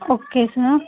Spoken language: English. okay sir